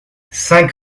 cinq